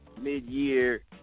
mid-year